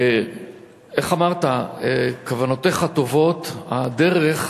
איך אמרת, כוונותיך טובות, הדרך,